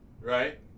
right